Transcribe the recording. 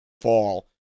fall